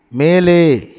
மேலே